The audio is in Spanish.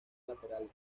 laterales